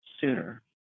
sooner